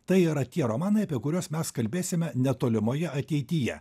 tai yra tie romanai apie kuriuos mes kalbėsime netolimoje ateityje